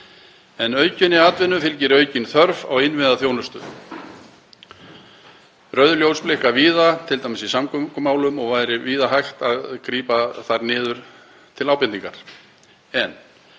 En aukinni atvinnu fylgir aukin þörf á innviðaþjónustu. Rauð ljós blikka víða, t.d. í samgöngumálum, og væri hægt að grípa þar niður til ábendingar.